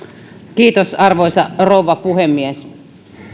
arvoisa rouva puhemies